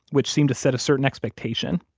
which seemed to set a certain expectation.